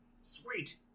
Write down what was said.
Sweet